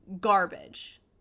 garbage